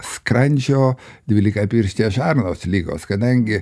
skrandžio dvylikapirštės žarnos ligos kadangi